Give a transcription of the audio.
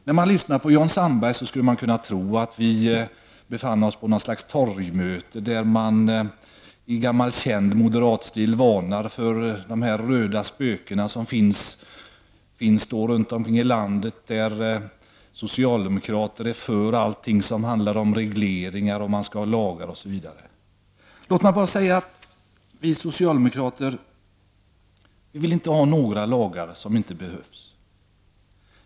När man lyssnar till Jan Sandberg skulle man kunna tro att vi befann oss på något slags torgmöte, där man i gammal känd moderat stil varnar för de röda spöken som finns runt omkring i landet och där man säger att socialdemokrater är för allting som handlar om regleringar, lagar, osv. Vi socialdemokrater vill inte ha några lagar som inte behövs.